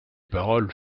paroles